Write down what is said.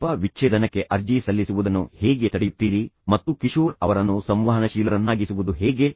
ಶಿಲ್ಪಾ ವಿಚ್ಛೇದನಕ್ಕೆ ಅರ್ಜಿ ಸಲ್ಲಿಸುವುದನ್ನು ನೀವು ಹೇಗೆ ತಡೆಯುತ್ತೀರಿ ಮತ್ತು ಕಿಶೋರ್ ಅವರನ್ನು ಸಂವಹನಶೀಲರನ್ನಾಗಿಸುವುದು ಹೇಗೆ